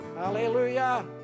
Hallelujah